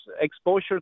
exposure